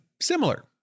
similar